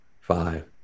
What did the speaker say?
five